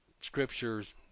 scriptures